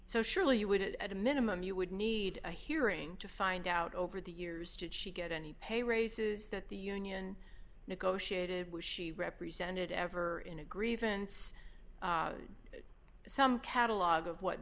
so surely you would at a minimum you would need a hearing to find out over the years did she get any pay raises that the union negotiated was she represented ever in a grievance some catalog of what